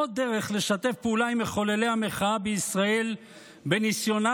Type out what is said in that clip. עוד דרך לשתף פעולה עם מחוללי המחאה בישראל בניסיונם